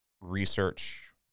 research